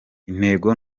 intego